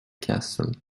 castle